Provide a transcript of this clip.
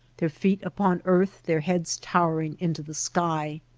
their feet upon earth, their heads towering into the sky!